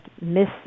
miss